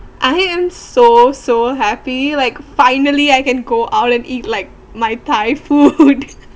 I am so so happy like finally I can go out and eat like my thai food